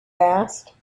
asked